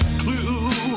clue